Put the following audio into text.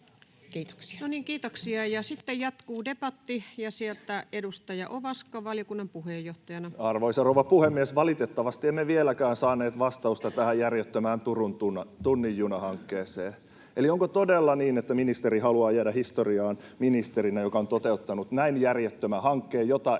Liikenne- ja viestintäministeriön hallinnonala Time: 17:07 Content: Arvoisa rouva puhemies! Valitettavasti emme vieläkään saaneet vastausta tähän järjettömään Turun tunnin juna ‑hankkeeseen. Eli onko todella niin, että ministeri haluaa jäädä historiaan ministerinä, joka on toteuttanut näin järjettömän hankkeen, jota eivät